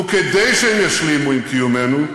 וכדי שהן ישלימו עם קיומנו,